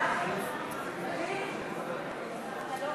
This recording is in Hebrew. אנחנו עוברים לנושא הבא, הצעות לסדר-היום.